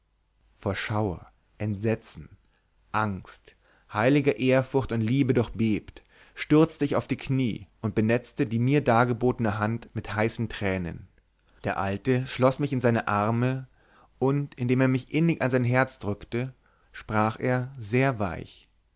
von schauer entsetzen angst heiliger ehrfurcht und liebe durchbebt stürzte ich auf die kniee und benetzte die mir dargebotene hand mit heißen tränen der alte schloß mich in seine arme und indem er mich innig an sein herz drückte sprach er sehr weich